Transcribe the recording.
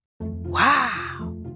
Wow